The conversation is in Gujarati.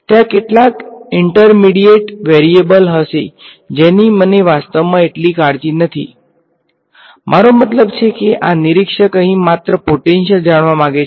ત્યાં કેટલાક ઈંટ્રમીડીયેટ હશે જેની મને વાસ્તવમાં એટલી કાળજી નથી મારો મતલબ છે કે આ નિરીક્ષક અહીં માત્ર પોટેંશીયલ જાણવા માંગે છે